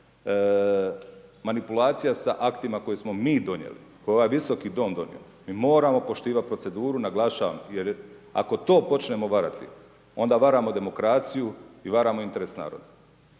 manipulacija sa aktima koje smo mi donijeli, ovaj visoki dom donio, mi moramo poštivat proceduru, naglašavam, jer ako to počnemo varati, onda varamo demokraciju i varamo interes naroda.